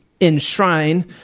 enshrine